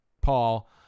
Paul